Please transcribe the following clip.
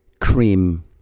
Cream